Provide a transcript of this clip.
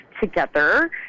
together